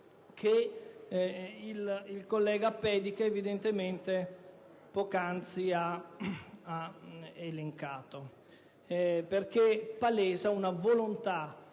che il collega Pedica poc'anzi ha elencato perché palesa una volontà,